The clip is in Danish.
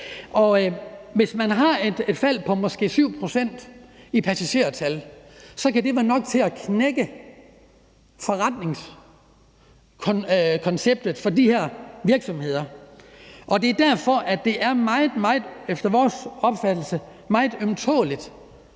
Hvis man har et fald på måske 7 pct. i passagertal, kan det være nok til at knække forretningskonceptet for de her virksomheder. Det er derfor, det efter vores